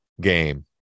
game